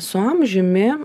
su amžiumi